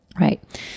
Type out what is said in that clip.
Right